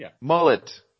Mullet